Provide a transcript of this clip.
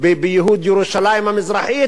ובייהוד ירושלים המזרחית.